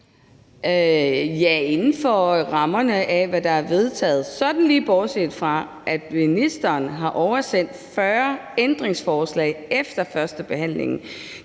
Ja, inden for rammerne af, hvad der er vedtaget. Bortset fra at ministeren har oversendt 40 ændringsforslag efter førstebehandlingen.